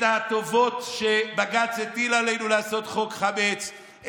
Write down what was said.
הטובות שבג"ץ הטיל עלינו לעשות חוק חמץ,